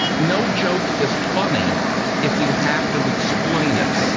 no joke is funny if you have to explain it.